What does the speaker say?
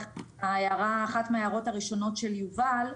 לאחת מההערות הראשונות של יובל.